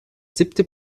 siebente